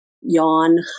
yawn